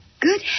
good